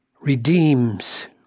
redeems